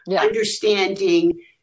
understanding